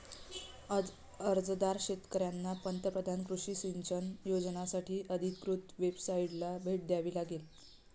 अर्जदार शेतकऱ्यांना पंतप्रधान कृषी सिंचन योजनासाठी अधिकृत वेबसाइटला भेट द्यावी लागेल